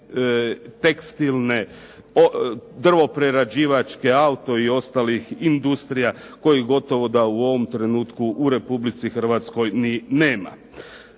tekstilne, drvo-prerađivačke, auto i ostalih industrija kojih gotovo da u ovom trenutku u Republici Hrvatskoj ni nema.